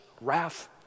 wrath